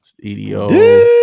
EDO